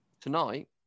Tonight